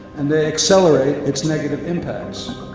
and they accelerate its negative impacts.